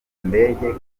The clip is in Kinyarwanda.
ndege